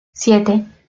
siete